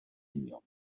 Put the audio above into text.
union